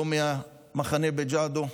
לא מהמחנה בג'אדו,